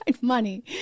money